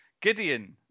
Gideon